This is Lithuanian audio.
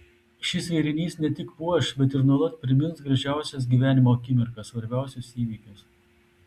šis vėrinys ne tik puoš bet ir nuolat primins gražiausias gyvenimo akimirkas svarbiausius įvykius